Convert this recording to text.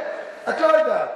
את לא יודעת.